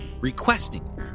requesting